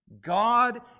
God